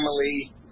family